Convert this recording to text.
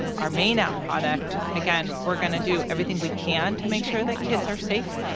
and our main app product, again, we're gonna do everything we can to make sure that kids are safe.